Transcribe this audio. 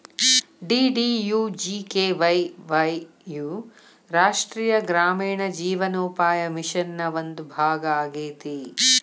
DDUGKY Y U ರಾಷ್ಟ್ರೇಯ ಗ್ರಾಮೇಣ ಜೇವನೋಪಾಯ ಮಿಷನ್ ನ ಒಂದು ಭಾಗ ಆಗೇತಿ